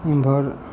ओमहर